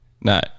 No